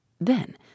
Then